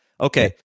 Okay